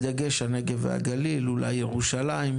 בדגש על הנגב והגליל, אולי ירושלים;